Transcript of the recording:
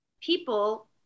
people